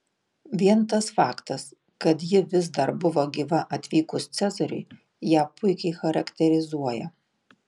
vien tas faktas kad ji vis dar buvo gyva atvykus cezariui ją puikiai charakterizuoja